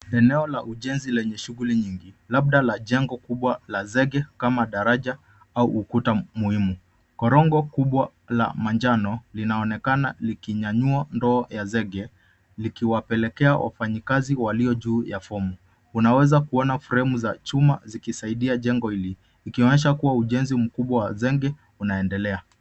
Eneo la ujenzi lenye shughuli nyingi labda la jengo kubwa la zege kama daraja au ukuta muhimu, korongo kubwa la manjano linaonekana likinyanyua ndoo ya zege likiwapelekea wafanyikasi walio juu ya fomu, unaweza Kuna fremu za chuma zikisaidi jengo hili ikionyesha kuwa ujenzi mkubwa wa zege unaendelea